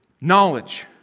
knowledge